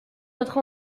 notre